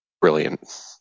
brilliant